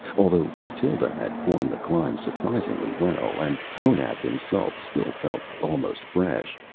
although mathild had born the climb surprisingly well, and honath himself still felt almost fresh,